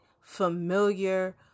familiar